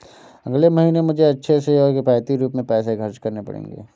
अगले महीने मुझे अच्छे से और किफायती रूप में पैसे खर्च करने पड़ेंगे